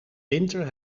winter